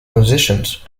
positions